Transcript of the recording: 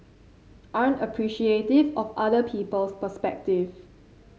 aren't appreciative of other people's perspective